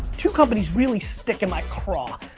two companies really stick in my craw.